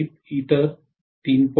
25 किंवा 3